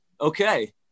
okay